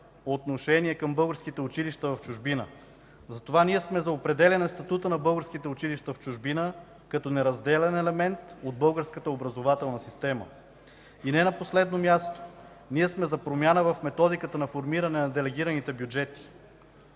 отношение към българските училища в чужбина. Затова ние сме за определяне статута на българските училища в чужбина като неразделен елемент от българската образователна система. И не на последно място, ние сме за промяна в методиката на формиране на делегираните бюджети.